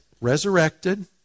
resurrected